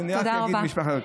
תודה רבה.